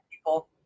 people